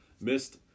Missed